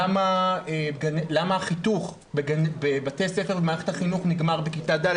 למה החיתוך בבתי ספר במערכת החינוך נגמר בכיתה ד'.